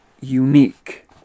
unique